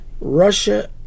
Russia